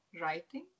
writing